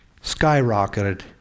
skyrocketed